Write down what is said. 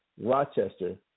Rochester